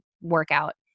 workout